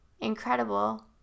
incredible